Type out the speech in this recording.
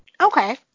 Okay